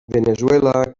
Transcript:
veneçuela